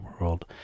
world